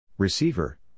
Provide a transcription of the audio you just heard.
Receiver